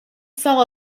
saw